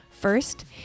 First